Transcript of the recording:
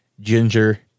ginger